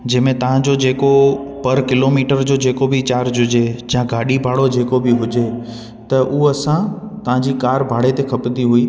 जंहिंमे तव्हांजो जेको पर किलोमीटर जो जेको बि चार्ज हुजे जा गाॾी भाड़ो जेको बि हुजे त उहो असां तव्हांजी कार भाड़े ते खपंदी हुई